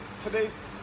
today's